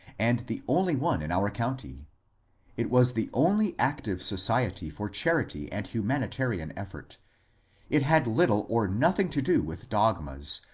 and the only one in our county it was the only active society for charity and humanitarian effort it had little or nothing to do with dogmas,